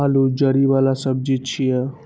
आलू जड़ि बला सब्जी छियै